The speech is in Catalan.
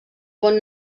pont